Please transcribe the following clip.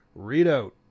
Readout